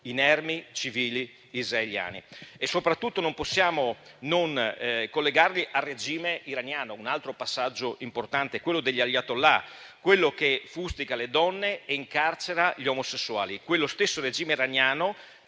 inermi civili israeliani; e soprattutto non possiamo non collegarli al regime iraniano, altro passaggio importante, quello degli Ayatollah, quello che fustiga le donne e incarcera gli omosessuali, quello stesso regime iraniano